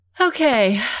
Okay